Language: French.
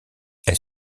elle